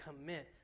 commit